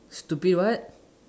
stupid what